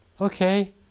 Okay